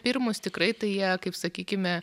pirmus tikrai tai kaip sakykime